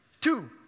Two